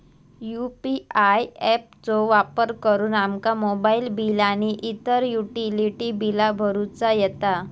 UPI app चो वापर करुन आमका मोबाईल बिल आणि इतर युटिलिटी बिला भरुचा येता